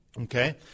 Okay